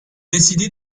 décidé